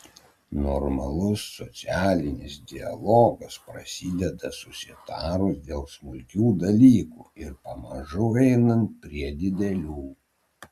normalus socialinis dialogas prasideda susitarus dėl smulkių dalykų ir pamažu einant prie didelių